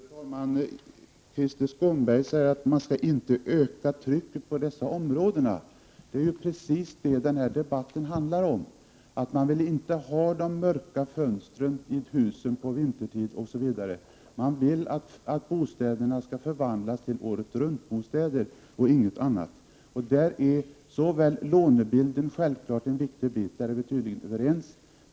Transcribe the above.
Fru talman! Krister Skånberg säger att man inte skall öka trycket på dessa områden. Det är precis detta som denna debatt handlar om. Man vill inte ha de mörka fönstren i husen vintertid osv. Man vill att bostäderna skall förvandlas till åretruntbostäder och inget annat. Lånebilden är då självklart en viktig faktor. Där är vi tydligen överens.